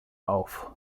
auf